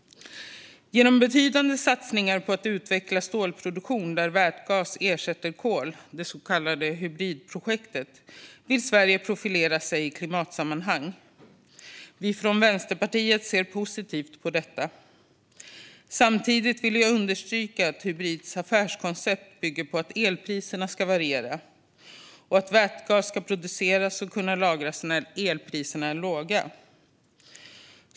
Genom betydande satsningar på att utveckla stålproduktion där vätgas ersätter kol, det så kallade Hybritprojektet, vill Sverige profilera sig i klimatsammanhang. Vi från Vänsterpartiet ser positivt på detta. Samtidigt vill jag understryka att Hybrits affärskoncept bygger på att elpriserna ska variera och att vätgas ska produceras och kunna lagras när elpriserna är låga.